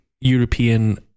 european